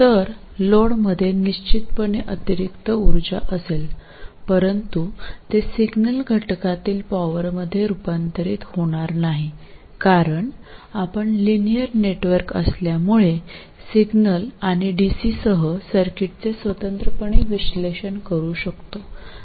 तर लोडमध्ये निश्चितपणे अतिरिक्त उर्जा असेल परंतु ते सिग्नल घटकातील पॉवरमध्ये रूपांतरित होणार नाही कारण आपण लिनियर नेटवर्क असल्यामुळे सिग्नल आणि डीसीसह सर्किटचे स्वतंत्रपणे विश्लेषण करू शकतो